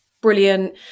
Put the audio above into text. brilliant